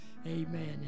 Amen